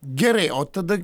gerai o tada